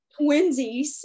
twinsies